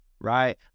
right